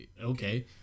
Okay